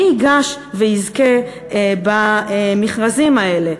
מי ייגש ויזכה במכרזים האלה?